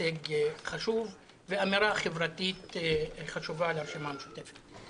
הישג חשוב ואמירה חברתית חשובה לרשימה המשותפת.